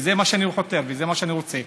וזה מה שאני חותר אליו וזה מה שאני רוצה.